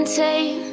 take